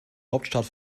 hauptstadt